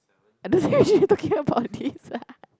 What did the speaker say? I don't care she is talking about this ah